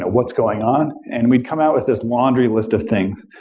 what's going on? and we come out with this laundry list of things.